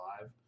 live